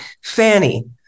Fanny